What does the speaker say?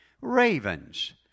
Ravens